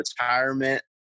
retirement